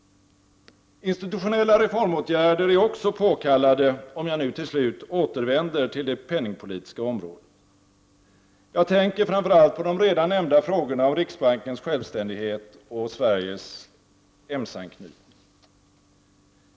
Institutionella reformåtgärder är också påkallade, om jag nu till slut skall återvänd till det penningpolitiska området. Jag tänker framför allt på de redan nämnda frågorna om riksbankens självständighet och Sveriges EMS-anknytning.